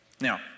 Now